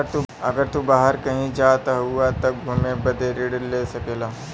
अगर तू बाहर कही जात हउआ त घुमे बदे ऋण ले सकेला